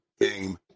Game